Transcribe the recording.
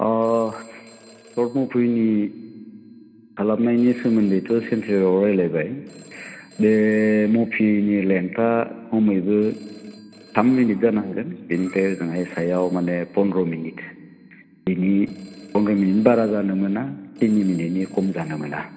अह सर्ट मुभिनि खालामनायनि सोमोन्दैथ' सेन्ट्रेलाव रायलायबाय बे मुभिनि लेन्टआ खमैबो थाम मिनिट जानांगोन बेनिफ्राय ओजोंहाय सायाव मानि फनद्र मिनिट बिनि फनद्र मिनिटनि बारा जानो मोना थिन मिनिटनि खम जानो मोना